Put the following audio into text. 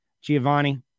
Giovanni